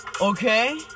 Okay